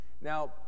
Now